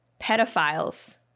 pedophiles